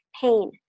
pain